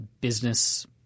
business